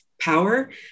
power